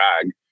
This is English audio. drag